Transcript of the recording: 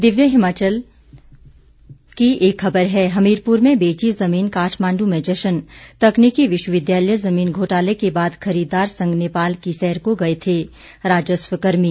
दिव्य हिमाचल की एक खबर है हमीरपुर में बेची जमीन काठमांडू में जश्न तकनीकी विश्वविद्यालय जमीन घोटाले के बाद खरीददार संग नेपाल की सैर को गए थे राजस्व कर्मी